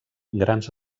grans